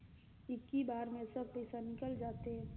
इक्की बार मे सब पइसा निकल जाते?